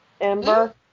Ember